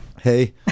Hey